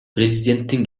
президенттин